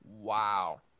Wow